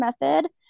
method